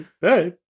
hey